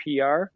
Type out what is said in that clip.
PR